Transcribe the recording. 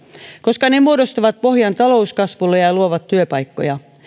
koska ne muodostavat pohjan talouskasvulle ja ja luovat työpaikkoja